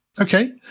Okay